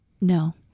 No